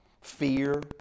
fear